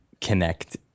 connect